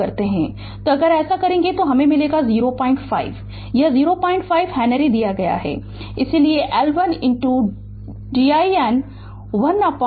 तो अगर ऐसा करते हैं तो 05 मिलेगा यह 05 हेनरी दिया गया है इसलिए L l din 1 dt